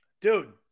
Dude